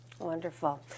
Wonderful